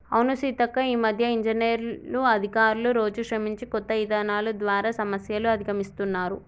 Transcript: అవును సీతక్క ఈ మధ్య ఇంజనీర్లు అధికారులు రోజు శ్రమించి కొత్త ఇధానాలు ద్వారా సమస్యలు అధిగమిస్తున్నారు